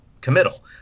committal